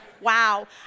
Wow